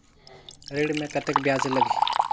ऋण मे कतेक ब्याज लगही?